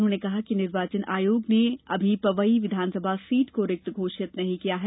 उन्होंने कहा कि निर्वाचन आयोग ने अभी पवई विधानसभा सीट को रिक्त घोषित नहीं किया है